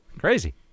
Crazy